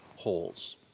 holes